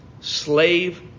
Slave